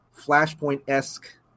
Flashpoint-esque